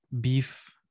beef